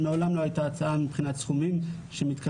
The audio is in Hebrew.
מעולם לא הייתה הצעה מבחינת סכומים שמתקרבת